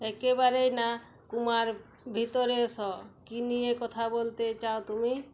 একেবারেই না কুমার ভিতরে এসো কী নিয়ে কথা বলতে চাও তুমি